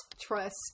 Trust